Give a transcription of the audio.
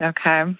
Okay